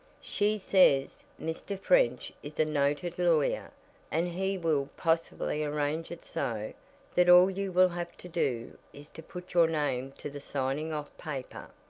she says mr. french is a noted lawyer and he will possibly arrange it so that all you will have to do is to put your name to the signing-off paper.